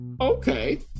okay